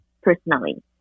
personally